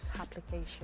application